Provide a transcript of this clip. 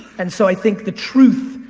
and so i think the truth,